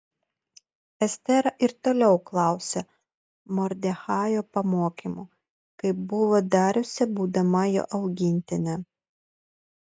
estera ir toliau klausė mordechajo pamokymų kaip buvo dariusi būdama jo augintinė